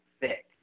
thick